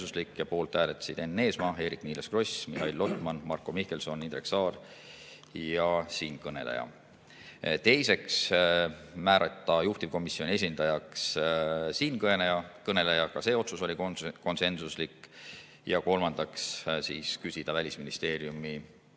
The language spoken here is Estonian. Poolt hääletasid Enn Eesmaa, Eerik-Niiles Kross, Mihhail Lotman, Marko Mihkelson, Indrek Saar ja siinkõneleja. Teiseks, määrata juhtivkomisjoni esindajaks siinkõneleja. Ka see otsus oli konsensuslik. Ja kolmandaks, küsida Välisministeeriumilt